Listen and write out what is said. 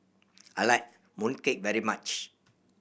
I like mooncake very much